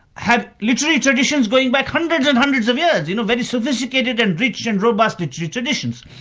have literary traditions going back hundreds and hundreds of years, you know very sophisticated and rich and robust literary traditions.